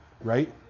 Right